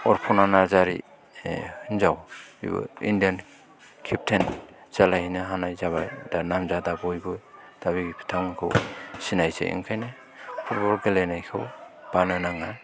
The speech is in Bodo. अर्पना नारजारि हिनजाव इण्डियान केप्टेइन जालायहैनो हानाय जाबाय दा नामजादा बयबो दा बे बिथांखौ सिनायसै ओंखायनो फुटबल गेलेनायखौ बानो नाङा